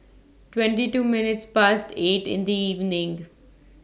twenty two minutes Past eight in The evening